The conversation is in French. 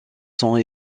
sont